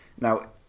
Now